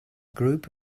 group